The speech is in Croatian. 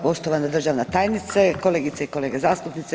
poštovana državna tajnice, kolegice i kolege zastupnici.